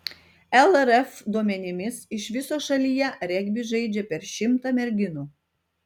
lrf duomenimis iš viso šalyje regbį žaidžia per šimtą merginų